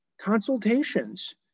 consultations